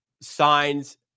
signs